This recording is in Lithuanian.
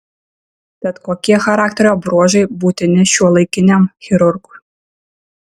tad kokie charakterio bruožai būtini šiuolaikiniam chirurgui